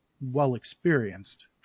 well-experienced